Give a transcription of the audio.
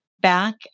back